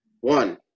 One